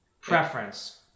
preference